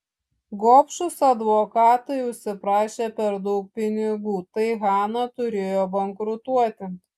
gobšūs advokatai užsiprašė per daug pinigų tai hana turėjo bankrutuoti